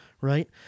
right